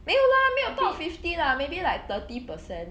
没有 lah 没有到 fifty lah maybe like thirty percent